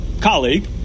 colleague